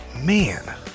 Man